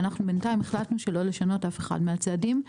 ואנחנו בינתיים החלטנו שלא לשנות אף אחד מהצעדים על רקע הסיכונים בשוק.